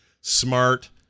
smart